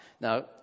Now